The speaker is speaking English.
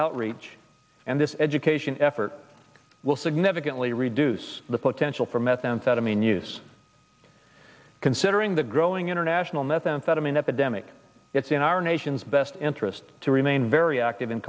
outreach and this education effort will significantly reduce the potential for methamphetamine use considering the growing international methamphetamine epidemic it's in our nation's best interest to remain very active in